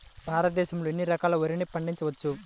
భారతదేశంలో ఎన్ని రకాల వరిని పండించవచ్చు